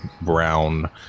brown